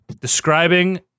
describing